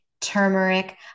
turmeric